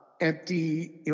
empty